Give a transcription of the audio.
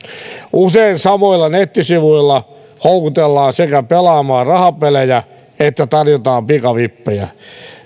usein samoilla nettisivuilla sekä houkutellaan pelaamaan rahapelejä että tarjotaan pikavippejä